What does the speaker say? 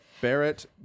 Barrett